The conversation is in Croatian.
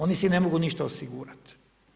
Oni si ne mogu ništa osigurati.